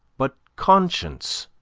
but conscience